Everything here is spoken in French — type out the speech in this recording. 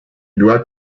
dois